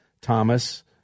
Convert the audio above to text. Thomas